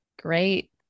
Great